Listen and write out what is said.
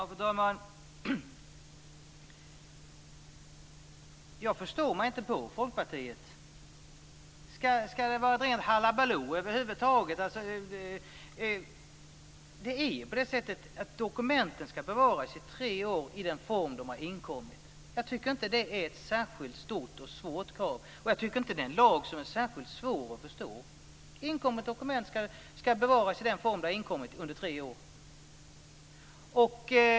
Fru talman! Jag förstår mig inte på Folkpartiet. Ska det vara ett rent "halabalo"? Det är ju på det sättet att dokumenten ska bevaras i tre år i den form de har inkommit. Jag tycker inte att det är ett särskilt stort och svårt krav, och jag tycker inte att det är en lag som är särskilt svår att förstå. Inkommet dokument ska bevaras i den form det har inkommit under tre år.